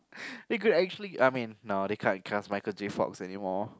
they could actually I mean no they can't recast Michael-J-Fox anymore